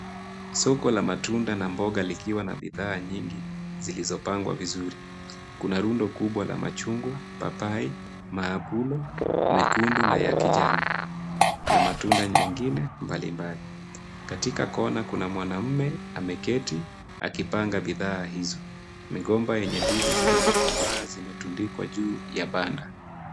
Soko la matunda na mboga likiwa na bidhaa nyingi zilizopangwa vizuri. Kuna rundo kubwa la machungwa, papai, maapulo mekundu na ya kijani na matunda mengine mbalimbali. Katika kona kuna mwanamme ameketi akipanga bidhaa hizo. Migomba yenye ndizi zilizokomaa zimetundikwa juu ya banda.